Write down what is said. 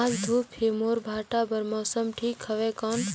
आज धूप हे मोर भांटा बार मौसम ठीक हवय कौन?